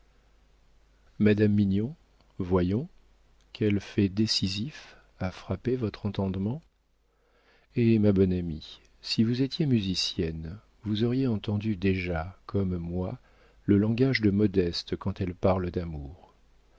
madame mignon voyons quel fait décisif a frappé votre entendement eh ma bonne amie si vous étiez musicienne vous auriez entendu déjà comme moi le langage de modeste quand elle parle d'amour